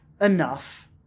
Enough